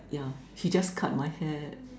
yeah she just cut my hair